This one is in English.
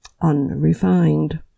unrefined